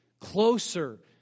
closer